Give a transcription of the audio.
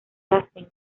yacen